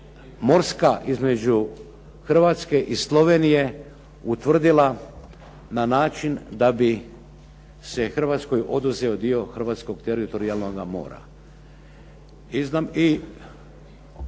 morska između Hrvatske i Slovenije utvrdila na način da bi se Hrvatskoj oduzeo dio hrvatskog teritorijalnoga mora.